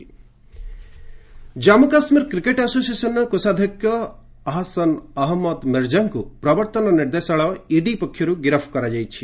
ED arrest ଜାନ୍ଥ Kashmir cricket ଆସୋସିଏସନର କୋଷାଧ୍ୟକ୍ଷ ଆହାସନ ଅହମ୍ମଦ ମିର୍ଜାଙ୍କୁ ପ୍ରବର୍ତ୍ତନ ନିର୍ଦ୍ଦେଶାଳୟ ପକ୍ଷରୁ ଗିରଫ କରାଯାଇଛି